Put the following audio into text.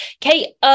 Kate